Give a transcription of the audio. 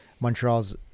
Montreal's